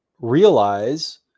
realize